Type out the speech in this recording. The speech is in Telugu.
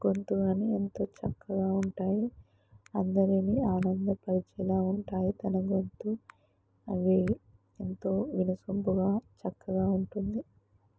గొంతు కానీ ఎంతో చక్కగా ఉంటాయి అందరిని ఆనందపరిచేలా ఉంటాయి తన గొంతు అవి ఎంతో వినసొంపుగా చక్కగా ఉంటుంది